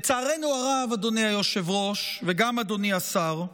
לצערנו הרב, אדוני היושב-ראש וגם אדוני השר,